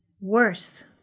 Worse